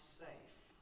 safe